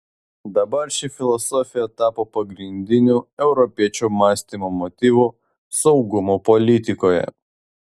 dabar ši filosofija tapo pagrindiniu europiečių mąstymo motyvu saugumo politikoje